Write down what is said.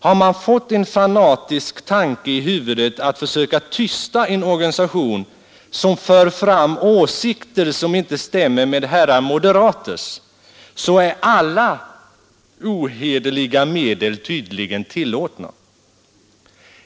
För den som fått en fanatisk tanke i huvudet att försöka tysta en organisation, som för fram åsikter som inte stämmer med herrar moderaters, är tydligen alla ohederliga medel tillåtna.